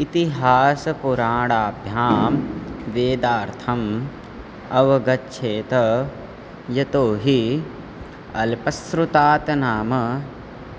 इतिहासपुराणाभ्यां वेदार्थम् अवगच्छेत यतोहि अल्पश्रुतात् नाम